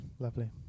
Lovely